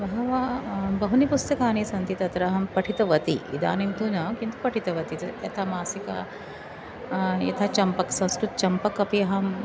बहवः बहुनि पुस्तकानि सन्ति तत्र अहं पठितवती इदानीं तु न किन्तु पठितवती यथा मासिकं यथा चम्पक् संस्कृतं चम्पक् अपि अहम्